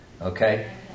Okay